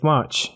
March